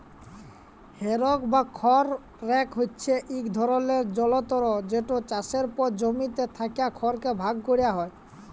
হে rake বা খড় rake হছে ইক ধরলের যলতর যেট চাষের পর জমিতে থ্যাকা খড়কে ভাগ ক্যরা হ্যয়